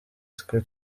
twe